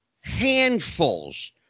handfuls